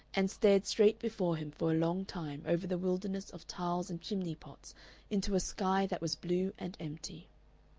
and stared straight before him for a long time over the wilderness of tiles and chimney-pots into a sky that was blue and empty.